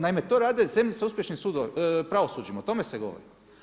Naime, to rade zemlje sa uspješnim pravosuđima, o tome se govori.